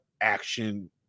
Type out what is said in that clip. action